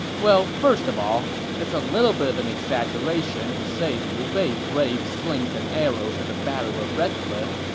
well, first of all, it's a little bit of an exaggeration to say liu bei braved slings and arrows at the battle of red cliff,